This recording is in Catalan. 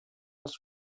els